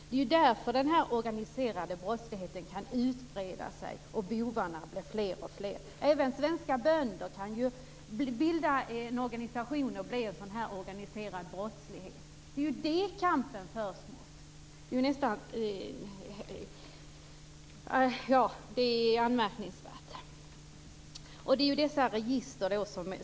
Det är därför den organiserade brottsligheten kan breda ut sig och bovarna blir fler och fler. Även svenska bönder kan ju bilda en organisation och bedriva organiserad brottslighet. Det är detta kampen förs mot.